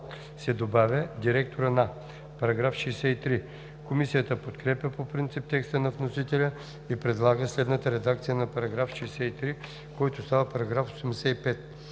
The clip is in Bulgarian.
се добавя „директора на“. Комисията подкрепя по принцип текста на вносителя и предлага следната редакция на § 63, който става § 85: „§ 85.